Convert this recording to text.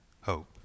hope